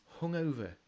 hungover